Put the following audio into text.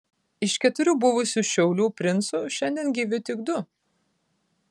iš keturių buvusių šiaulių princų šiandien gyvi tik du